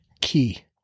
Key